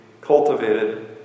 cultivated